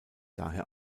daher